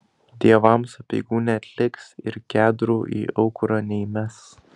dievams apeigų neatliks ir kedrų į aukurą neįmes